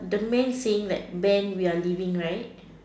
the man saying that Ben we are leaving right